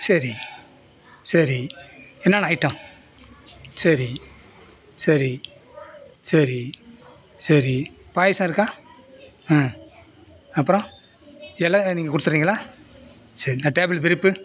சரி சரி என்னன்ன ஐட்டம் சரி சரி சரி சரி பாயசம் இருக்கா ஆ அப்பறம் இல நீங்கள் கொடுத்துட்றீங்களா சரி டேபிள் விரிப்பு